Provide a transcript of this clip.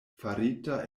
farita